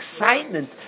excitement